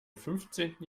fünfzehnten